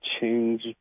change